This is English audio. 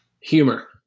Humor